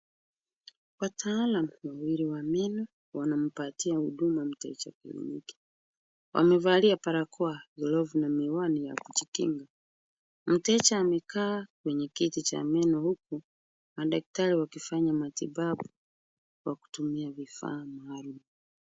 Wataalam wawili wa meno wanampatia huduma mteja kliniki, wamevalia barakao, glovu na miwani ya kujinga. Mteja amekaa kwenye kiti cha meno huku madaktari wakifanya matibabu kwa kutumia vifaa maalum.